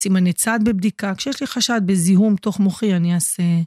סימני צעד בבדיקה, כשיש לי חשד בזיהום תוך מוחי אני אעשה...